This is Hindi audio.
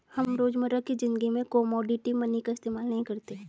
हम रोजमर्रा की ज़िंदगी में कोमोडिटी मनी का इस्तेमाल नहीं करते